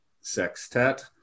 sextet